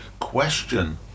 question